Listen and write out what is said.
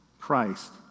Christ